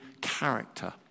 character